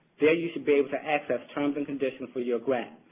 there you should be able to access terms and conditions for your grant.